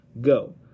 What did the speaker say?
go